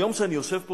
היום, כשאני יושב פה